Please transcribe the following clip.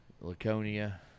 Laconia